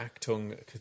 Actung